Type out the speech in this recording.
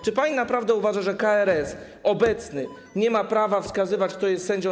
Czy pani naprawdę uważa, że obecna KRS nie ma prawa wskazywać, kto jest sędzią?